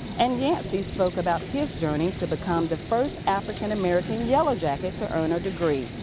and yancey spoke about his journey to become the first african american yellow jacket to earn a degree.